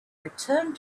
returned